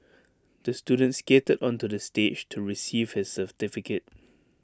the student skated onto the stage to receive his certificate